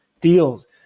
deals